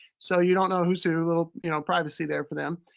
so you don't know who's who, a little you know privacy there for them.